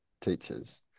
teachers